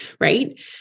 right